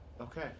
Okay